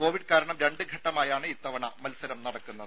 Covid കാരണം രണ്ടു ഘട്ടമായാണ് ഇത്തവണ മത്സരം നടക്കുന്നത്